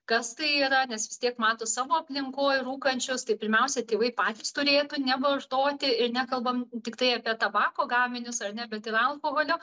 kas tai yra nes vis tiek mato savo aplinkoj rūkančius tai pirmiausia tėvai patys turėtų nevartoti ir nekalbam tiktai apie tabako gaminius ar ne bet ir alkoholio